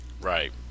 Right